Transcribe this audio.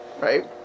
right